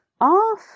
off